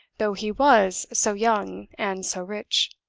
though he was so young and so rich.